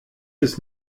ist